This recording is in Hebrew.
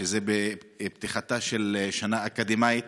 פתיחתה של שנה אקדמית.